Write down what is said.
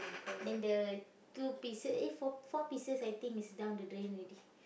then the two pieces eh four four pieces I think is down the drain already